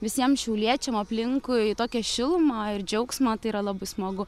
visiem šiauliečiam aplinkui tokią šilumą ir džiaugsmą tai yra labai smagu